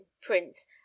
prince